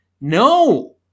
No